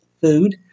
food